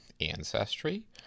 Ancestry